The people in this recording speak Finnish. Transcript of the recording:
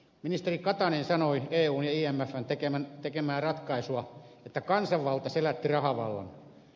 ministeri katainen sanoi eun ja imfn tekemästä ratkaisusta että kansanvalta selätti rahavallan